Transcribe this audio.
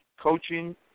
coaching